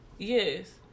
Yes